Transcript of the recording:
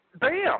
bam